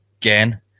again